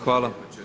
Hvala.